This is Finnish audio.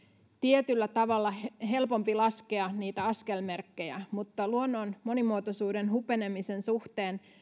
tietyllä tavalla helpompi laskea niitä askelmerkkejä mutta luonnon monimuotoisuuden hupenemisen suhteen